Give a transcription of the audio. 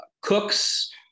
cooks